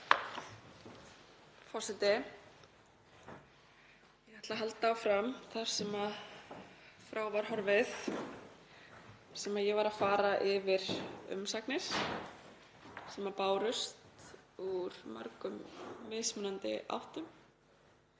Forseti. Ég ætla að halda áfram þar sem frá var horfið þar sem ég var að fara yfir umsagnir sem bárust úr mörgum mismunandi áttum.